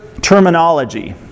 terminology